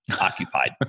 occupied